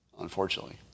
unfortunately